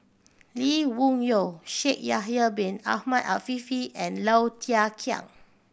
Lee Wung Yew Shaikh Yahya Bin Ahmed Afifi and Low Thia Khiang